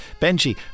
Benji